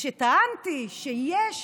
טענתי שיש